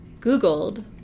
Googled